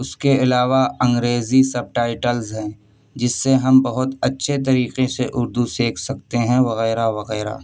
اس کے علاوہ انگریزی سب ٹائیٹلز ہیں جس سے ہم بہت اچّھے طریقے سے اردو سیکھ سکتے ہیں وغیرہ وغیرہ